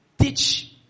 teach